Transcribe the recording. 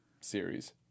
series